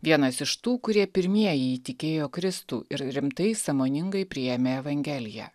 vienas iš tų kurie pirmieji įtikėjo kristų ir rimtai sąmoningai priėmė evangeliją